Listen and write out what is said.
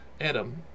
Adam